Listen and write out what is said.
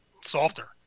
softer